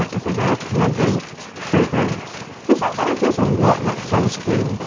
ah it's a very pleasant fragrance. this one kind of feels a lot like sunscreen.